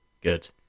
Good